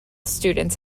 students